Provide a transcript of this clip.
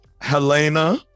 Helena